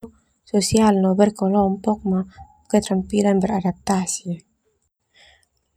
Sosial no berkelompok ma keterampilan beradab tasi.